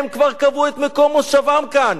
הם כבר קבעו את מקום מושבם כאן.